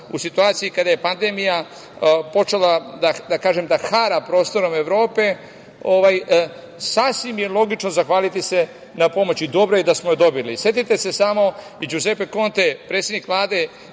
u situaciji kada je pandemija počela da hara prostorom Evrope, sasvim je logično zahvaliti se na pomoći. Dobro je da smo je dobili. Setite se samo da je i Đuzepe Konte, predsednik Vlade